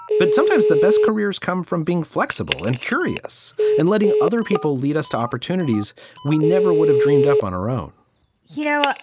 but sometimes the best careers come from being flexible and curious and letting other people lead us to opportunities we never would have dreamed up on our own you know, ah